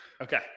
Okay